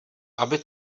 aby